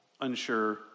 unsure